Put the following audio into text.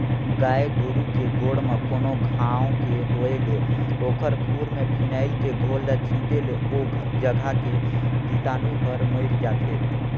गाय गोरु के गोड़ म कोनो घांव के होय ले ओखर खूर में फिनाइल के घोल ल छींटे ले ओ जघा के बिसानु हर मइर जाथे